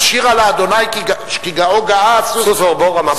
אשירה לה' כי גאה גאה, סוס ורוכבו רמה בים.